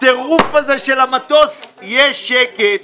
הטירוף הזה של המטוס יש כסף.